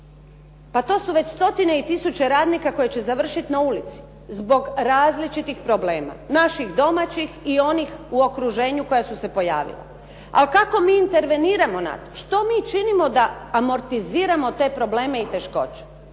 Pa to su stotine i tisuće radnika koji će završiti na ulici zbog različitih problema, naših domaćih u okruženju koja su se pojavila. A kako mi interveniramo na to, što mi činimo da amortiziramo te probleme i teškoće?